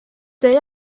they